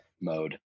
mode